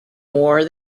more